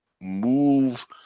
move